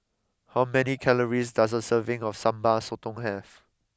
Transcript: how many calories does a serving of Sambal Sotong have